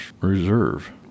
Reserve